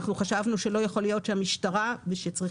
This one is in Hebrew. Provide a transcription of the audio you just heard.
אנחנו חשבנו שלא יכול להיות שהמשטרה שצריכה